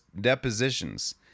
depositions